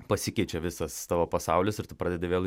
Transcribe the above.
pasikeičia visas tavo pasaulis ir tu pradedi vėl